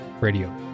Radio